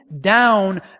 down